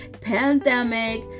Pandemic